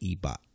ebot